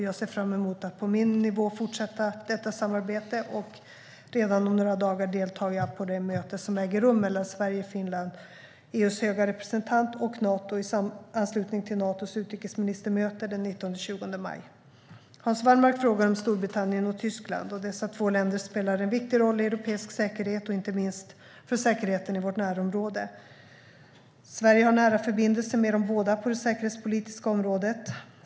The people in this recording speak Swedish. Jag ser fram emot att på min nivå fortsätta detta samarbete, och redan om några dagar deltar jag på det möte som äger rum mellan Sverige, Finland, EU:s höga representant och Nato i anslutning till Natos utrikesministermöte den 19-20 maj. Hans Wallmark frågar om Storbritannien och Tyskland. Dessa två länder spelar en viktig roll i europeisk säkerhet och inte minst för säkerheten i vårt närområde. Sverige har nära förbindelser med dem båda på det säkerhetspolitiska området.